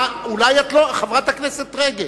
אולי את לא מבינה, חברת הכנסת רגב.